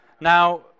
Now